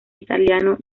italiano